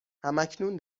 هماکنون